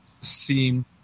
seem